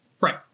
Right